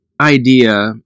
idea